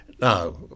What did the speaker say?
Now